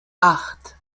acht